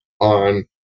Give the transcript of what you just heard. on